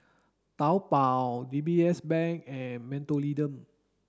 Taobao D B S Bank and Mentholatum